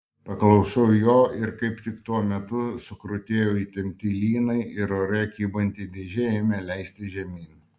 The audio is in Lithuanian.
paklausiau jo ir kaip tik tuo metu sukrutėjo įtempti lynai ir ore kybanti dėžė ėmė leistis žemyn